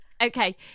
Okay